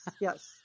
Yes